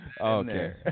okay